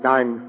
Nine